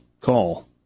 call